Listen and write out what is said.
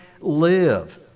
live